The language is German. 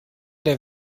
der